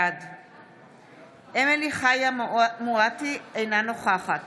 בעד אמילי חיה מואטי, אינה נוכחת